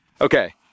okay